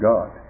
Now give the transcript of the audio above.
God